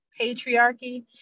patriarchy